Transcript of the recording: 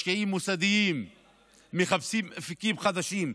ומשקיעים מוסדיים מחפשים אפיקים חדשים,